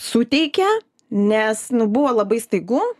suteikia nes nu buvo labai staigu